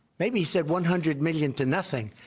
maybe he said one hundred million to nothing,